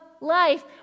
life